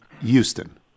Houston